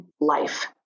life